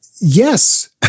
Yes